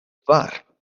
kvar